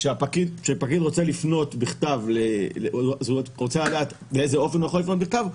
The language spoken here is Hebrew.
כשהפקיד רוצה לדעת באיזה אופן הוא יכול לפנות בכתב,